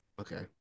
Okay